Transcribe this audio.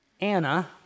Anna